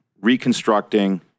reconstructing